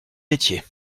laitiers